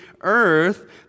earth